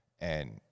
and-